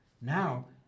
Now